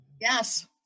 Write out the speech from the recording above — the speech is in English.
Yes